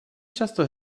často